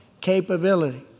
capability